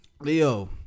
Leo